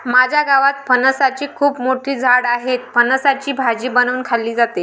माझ्या गावात फणसाची खूप मोठी झाडं आहेत, फणसाची भाजी बनवून खाल्ली जाते